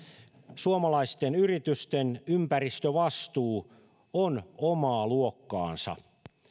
suomalaisten yritysten ympäristövastuu on omaa luokkaansa